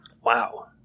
Wow